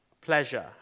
pleasure